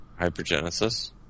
Hypergenesis